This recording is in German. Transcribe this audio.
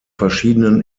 verschiedenen